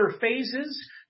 phases